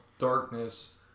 darkness